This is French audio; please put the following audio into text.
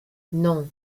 non